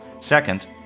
Second